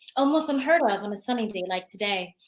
almost unheard of on a sunny day like today.